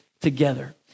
together